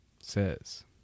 says